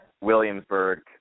Williamsburg